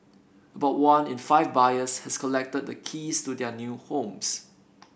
about one in five buyers has collected the keys to their new homes